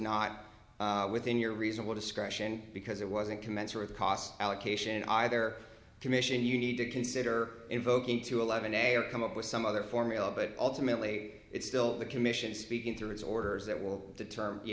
not within your reasonable discretion because it wasn't commensurate cost allocation either commission you need to consider invoking two eleven a or come up with some other formula but ultimately it's still the commission speaking through his orders that will deter